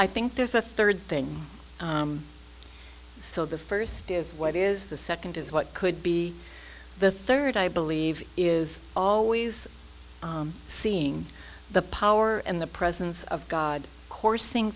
i think there's a third thing so the first is what is the second is what could be the third i believe is always seeing the power and the presence of god coursing